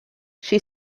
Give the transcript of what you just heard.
she